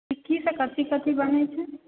सिक्कीसँ कथी कथी बनैत छै